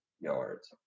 yards